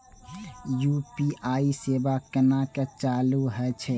UPI सेवा केना चालू है छै?